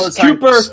Cooper